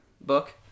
book